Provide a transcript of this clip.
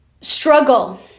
struggle